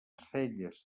celles